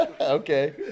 Okay